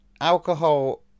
alcohol